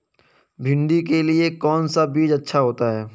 भिंडी के लिए कौन सा बीज अच्छा होता है?